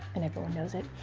and everyone knows it.